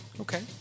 Okay